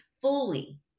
fully